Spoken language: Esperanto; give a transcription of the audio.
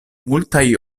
multaj